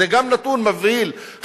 זה גם נתון מבהיל,